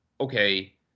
okay